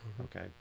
okay